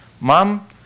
Mom